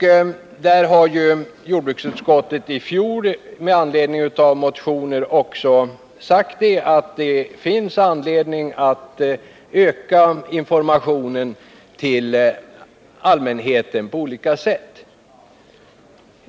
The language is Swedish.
Jordbruksutskottet har i fjol med anledning av motioner uttalat att det finns anledning att på olika sätt öka informationen till allmänheten.